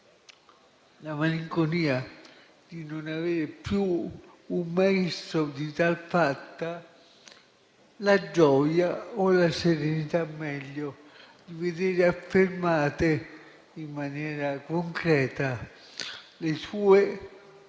la malinconia di non avere più un maestro di tal fatta; la gioia o, meglio, la serenità di vedere affermate in maniera concreta le sue, le